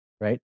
right